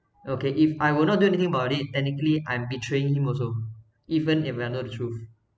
okay if I will not do anything about it technically I'm betraying him also even if I know the truth